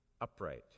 upright